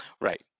Right